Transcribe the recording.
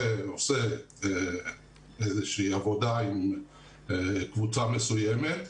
עושה איזושהי עבודה עם קבוצה מסוימת,